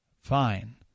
fine